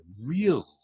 real